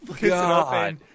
God